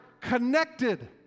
connected